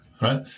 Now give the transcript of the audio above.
right